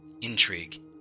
intrigue